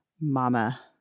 mama